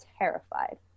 terrified